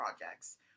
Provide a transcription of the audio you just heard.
projects